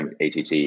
ATT